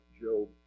Job